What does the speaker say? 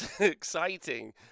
exciting